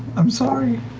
i'm sorry.